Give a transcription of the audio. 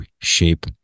shape